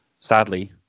sadly